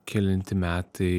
kelinti metai